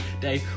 day